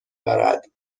دارد